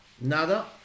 Nada